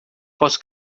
posso